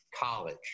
College